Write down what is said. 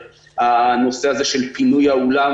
הנושא של פינוי האולם